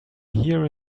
here